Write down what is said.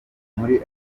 muri